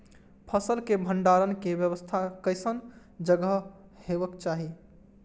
फसल के भंडारण के व्यवस्था केसन जगह हेबाक चाही?